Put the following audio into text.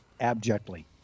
Abjectly